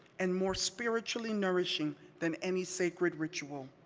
and more spiritually nourishing than any sacred ritual.